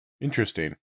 interesting